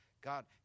God